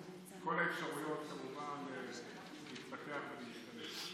והצ'רקסית את כל האפשרויות להתפתח ולהשתלב.